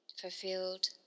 fulfilled